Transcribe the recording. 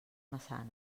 maçanes